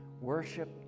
Worship